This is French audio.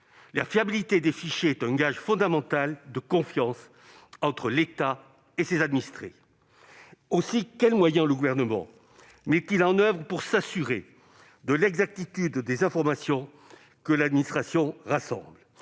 La fiabilité des fichiers est un gage fondamental de confiance entre l'État et ses administrés. Aussi, quels moyens le Gouvernement met-il en oeuvre pour s'assurer de l'exactitude des informations que l'administration rassemble ?